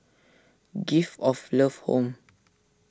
Gift of Love Home